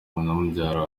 mubyara